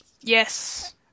Yes